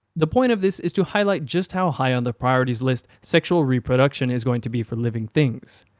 the point of this is to highlight just how high on the priorities list sexual reproduction is going to be for living things.